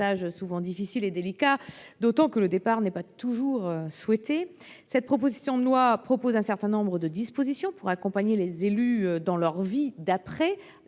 souvent difficile et délicat, le départ n’étant de plus pas toujours souhaité. Cette proposition de loi prévoit un certain nombre de dispositions pour accompagner les élus dans leur vie après